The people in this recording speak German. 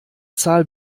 zahl